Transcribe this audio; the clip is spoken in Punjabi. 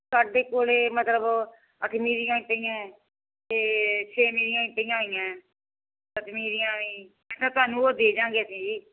ਸਾਡੇ ਕੋਲ ਮਤਲਬ ਅੱਠਵੀਂ ਦੀਆਂ ਪਈਆਂ ਹੈ ਅਤੇ ਛੇਵੀਂ ਦੀਆਂ ਪਈਆਂ ਹੋਈਆਂ ਹੈ ਸੱਤਵੀਂ ਦੀਆਂ ਵੀ ਤਾਂ ਤੁਹਾਨੂੰ ਉਹ ਦੇ ਦਿਆਂਗੇ ਜੀ ਅਸੀਂ ਜੀ